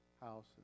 house